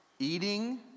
Eating